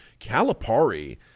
Calipari